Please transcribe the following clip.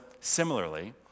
similarly